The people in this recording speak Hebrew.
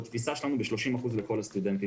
בתפיסה שלנו ב-30% לכל הסטודנטים,